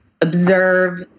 observe